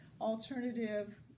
alternative